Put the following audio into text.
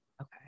Okay